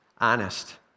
Honest